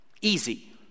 easy